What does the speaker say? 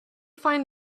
find